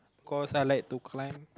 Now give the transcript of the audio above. cause I like to climb